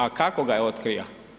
A kako ga je otkrila?